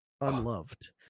unloved